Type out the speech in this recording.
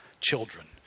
children